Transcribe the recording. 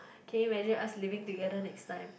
can you imagine us living together next time